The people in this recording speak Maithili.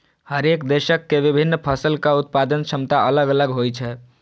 हरेक देशक के विभिन्न फसलक उत्पादन क्षमता अलग अलग होइ छै